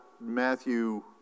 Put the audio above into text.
Matthew